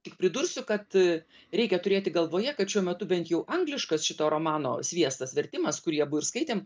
tik pridursiu kad reikia turėti galvoje kad šiuo metu bent jau angliškas šito romano sviestas vertimas kurį abu ir skaitėm